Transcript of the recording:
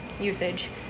usage